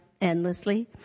endlessly